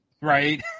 right